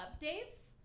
updates